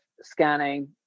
scanning